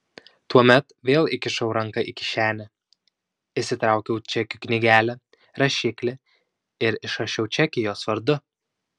tuomet vėl įkišau ranką į kišenę išsitraukiau čekių knygelę rašiklį ir išrašiau čekį jos vardu